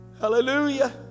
Hallelujah